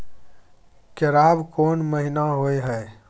केराव कोन महीना होय हय?